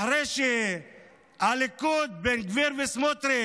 אחרי שהליכוד, בן גביר וסמוטריץ'